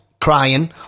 crying